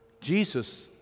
Jesus